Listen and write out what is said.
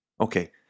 Okay